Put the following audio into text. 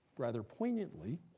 rather poignantly,